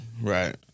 right